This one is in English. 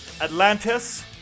atlantis